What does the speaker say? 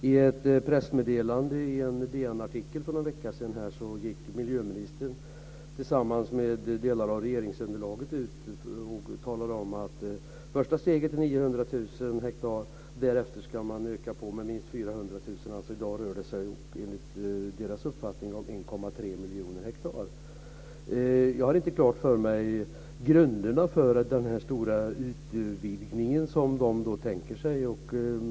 I en DN-artikel för någon vecka sedan gick miljöministern tillsammans med delar av regeringsunderlaget ut och talade om att första steget är 900 000 hektar och att man därefter ska öka på med minst 400 000 hektar. Det rör sig alltså om totalt 1,3 miljoner hektar. Jag har inte klart för mig grunderna för den stora utvidgningen.